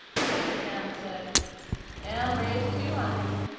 the second man said and raise two hundred.